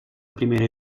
primera